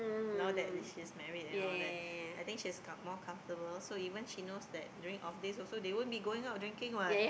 now that she's married and all that I think she has got more comfortable so even she knows that during office also they wouldn't be going out drinking what